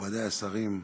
מכובדי השרים,